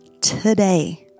today